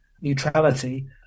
neutrality